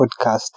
podcast